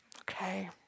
Okay